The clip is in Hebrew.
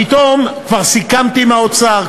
כבר סיכמתי עם האוצר,